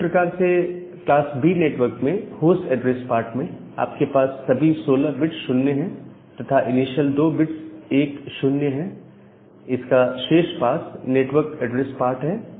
उसी प्रकार से क्लास B नेटवर्क में होस्ट एड्रेस पार्ट में आपके पास सभी 16 बिट 0 है तथा इनिशियल 2 बिट्स 1 0 है इसका शेष पार्ट नेटवर्क एड्रेस पार्ट है